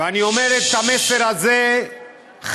ואני אומר את המסר הזה חד-משמעית,